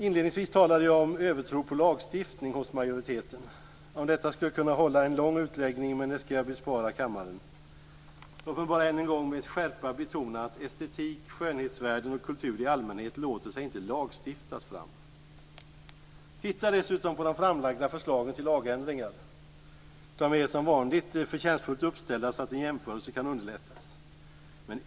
Inledningsvis talade jag om övertro på lagstiftning hos majoriteten. Om detta skulle jag kunna hålla en lång utläggning, men det skall jag bespara kammaren. Låt mig bara än en gång med skärpa betona att estetik, skönhetsvärden och kultur i allmänhet låter sig inte lagstiftas fram. Titta dessutom på de framlagda förslagen till lagändringar! De är som vanligt förtjänstfullt uppställda så att en jämförelse underlättas.